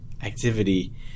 Activity